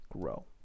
grow